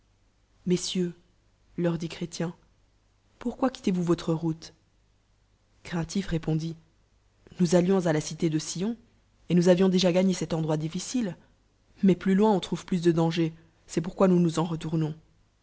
messieurs leur dit chrétien pourquoi qoittez voue votre route craintif répondit noue allions à la cité de sion et non àvibus déjà gâgné cet endroit diffici le mais plus loin on trouve plus de dangers est pourquoi nous nous en retournons